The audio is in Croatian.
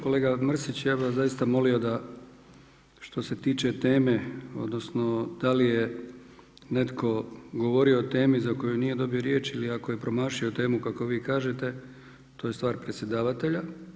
Kolega Mrsić, ja bih vas zaista molio da što se tiče teme, odnosno da li je netko govorio o temi za koju nije dobio riječ ili ako je promašio temu kako vi kažete to je stvar predsjedavatelja.